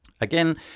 Again